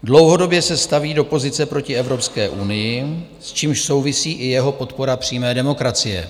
Dlouhodobě se staví do pozice proti Evropské unii, s čímž souvisí i jeho podpora přímé demokracie.